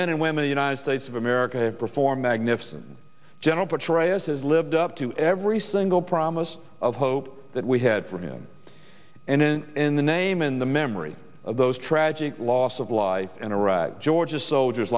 men and women the united states of america have performed magnificent general petraeus has lived up to every single promise of hope that we had for him and then in the name in the memory of those tragic loss of life in iraq georgia soldiers